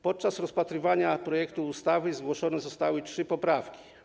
Podczas rozpatrywania projektu ustawy zgłoszone zostały trzy poprawki.